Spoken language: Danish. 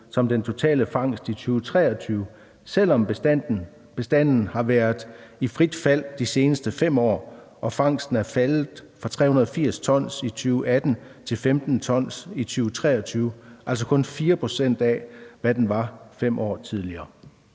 som den totale fangst i 2023, selv om bestanden har været i frit fald de seneste 5 år og fangsten er faldet fra 391 tons i 2018 til 15 tons i 2023 – altså kun 4 pct. af, hvad den var 5 år tidligere?